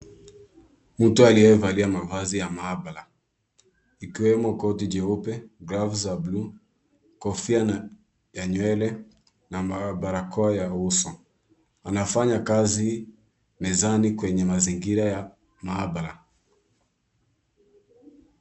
Mtu aliyevalia mavazi ya maabara ikiwemo koti jeupe, gloves za [blue] kofia ya nywele na barakoa ya uso, anafanya kazi mezani kwenye mazingira ya maabara.